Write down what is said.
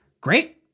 great